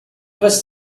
was